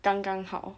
刚刚好